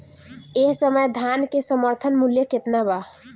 एह समय धान क समर्थन मूल्य केतना बा?